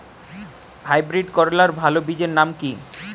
Hybrid করলার ভালো বীজের নাম কি?